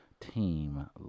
team